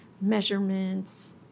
measurements